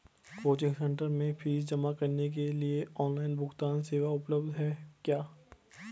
Coaching centre में fees जमा करने के लिए ऑनलाइन भुगतान सेवा उपलब्ध है क्या?